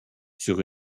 sur